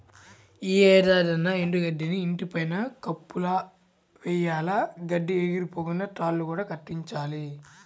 యీ ఏడాదన్నా ఎండు గడ్డిని ఇంటి పైన కప్పులా వెయ్యాల, గడ్డి ఎగిరిపోకుండా తాళ్ళు కూడా కట్టించాలి